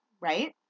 Right